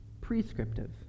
prescriptive